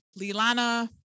Lilana